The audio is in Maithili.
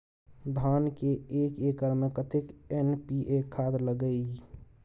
धान के एक एकर में कतेक एन.पी.ए खाद लगे इ?